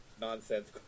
nonsense